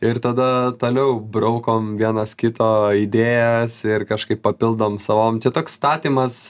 ir tada toliau braukom vienas kito idėjas ir kažkaip papildom savom toks statymas